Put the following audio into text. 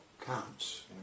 counts